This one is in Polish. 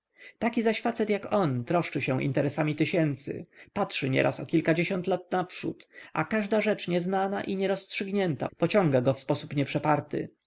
taki zaś facet jak on troszczy się interesami tysięcy patrzy nieraz o kilkadziesiąt lat naprzód a każda rzecz nieznana i nierozstrzygnięta pociąga go w sposób